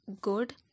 good